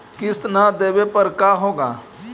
किस्त न देबे पर का होगा?